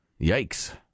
yikes